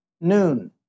noon